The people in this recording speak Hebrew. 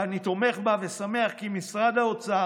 ואני תומך בה ושמח כי משרד האוצר